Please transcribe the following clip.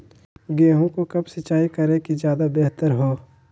गेंहू को कब सिंचाई करे कि ज्यादा व्यहतर हो?